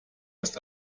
ist